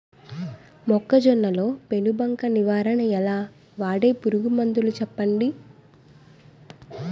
మొక్కజొన్న లో పెను బంక నివారణ ఎలా? వాడే పురుగు మందులు చెప్పండి?